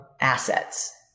assets